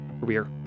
career